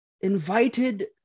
invited